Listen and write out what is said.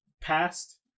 past